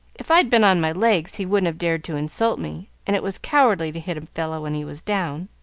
if i'd been on my legs, he wouldn't have dared to insult me, and it was cowardly to hit a fellow when he was down.